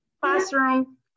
classroom